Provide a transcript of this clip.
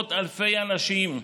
עשרות אלפי אנשים,